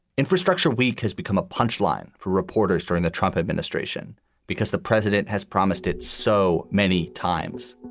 infrastructure week has become a punch line for reporters during the trump administration because the president has promised it so many times,